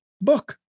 book